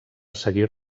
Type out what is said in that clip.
seguir